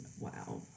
Wow